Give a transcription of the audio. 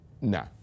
No